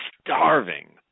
starving